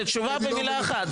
זה תשובה במילה אחת.